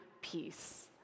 peace